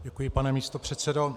Děkuji, pane místopředsedo.